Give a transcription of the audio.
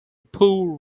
poor